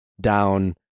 down